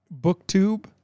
BookTube